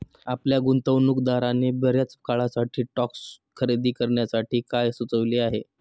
आपल्या गुंतवणूकदाराने बर्याच काळासाठी स्टॉक्स खरेदी करण्यासाठी काय सुचविले आहे?